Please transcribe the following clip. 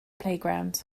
playground